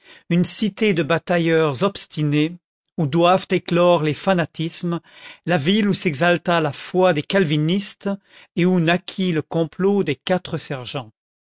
une cité de batailleurs obstinés où doivent éclore les fanatismes la ville où s'exalta la foi des calvinistes et où naquit le complot des quatre sergents